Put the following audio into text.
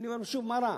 ואני אומר שוב: מה רע?